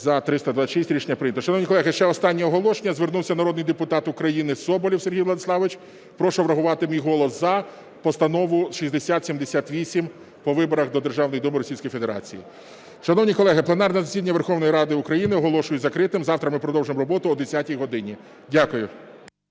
За-326 Рішення прийнято. Шановні колеги, ще останнє оголошення. Звернувся народний депутат України Соболєв Сергій Владиславович, прошу врахувати мій голос "за" Постанову 6078 по виборах до Державної Думи Російської Федерації. Шановні колеги, пленарне засідання Верховної Ради України оголошую закритим. Завтра ми продовжимо роботу о 10 годині. Дякую.